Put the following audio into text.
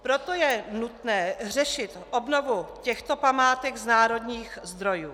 Proto je nutné řešit obnovu těchto památek z národních zdrojů.